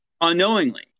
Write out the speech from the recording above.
unknowingly